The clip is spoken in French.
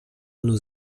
nos